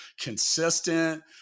consistent